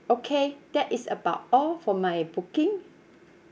okay that is about all for my booking